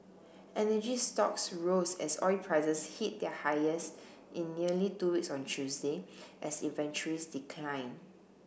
energy stocks rose as oil prices hit their highest in nearly two weeks on Tuesday as inventories declined